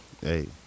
Hey